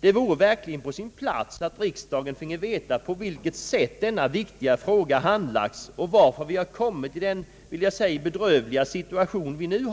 Det vore verkligen på sin plats att riksdagen finge veta på vilket sätt denna viktiga fråga handlagts och varför vi kommit i den, vill jag säga, bedrövliga situation där vi är nu.